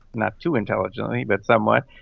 not too intelligently but somewhat.